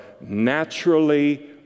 naturally